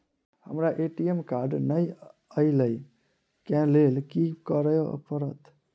हमरा ATM card नै अई लई केँ लेल की करऽ पड़त?